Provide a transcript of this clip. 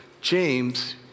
James